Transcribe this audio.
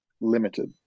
limited